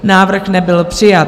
Návrh nebyl přijat.